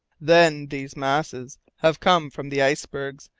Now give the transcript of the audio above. then these masses have come from the icebergs.